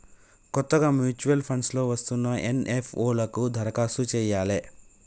కొత్తగా mutual funds లో వస్తున్న ఎన్.ఎఫ్.ఓ లకు దరఖాస్తు చెయ్యాలే